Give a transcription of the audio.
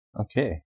Okay